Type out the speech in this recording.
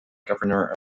governor